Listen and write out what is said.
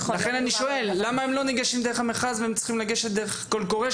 לכן אני שואל למה הם לא ניגשים דרך המכרז והם צריכים לגשת דרך קול קורא?